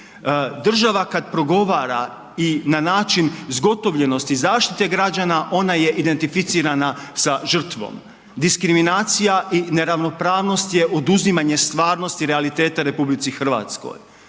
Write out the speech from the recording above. država kada progovara i na način zgotovljenosti zaštite građana ona je identificirana sa žrtvom. Diskriminacija i neravnopravnost je oduzimanje stvarnosti realiteta u RH.